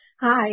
Hi